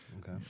Okay